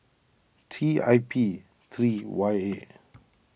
T I P three Y A